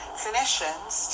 clinicians